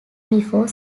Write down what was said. before